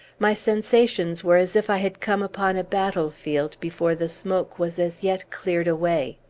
my sensations were as if i had come upon a battlefield before the smoke was as yet cleared away.